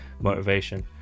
motivation